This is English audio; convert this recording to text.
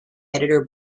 editor